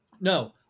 no